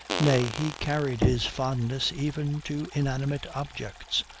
nay, he carried his fondness even to inanimate objects,